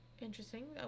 interesting